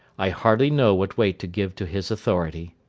i hardly know what weight to give to his authority.